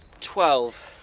twelve